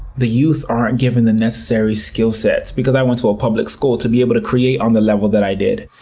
the youth aren't given the necessary skill sets, because i went to a public school to be able to create on the level that i did.